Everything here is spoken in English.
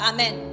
Amen